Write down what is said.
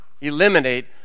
eliminate